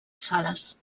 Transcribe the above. sales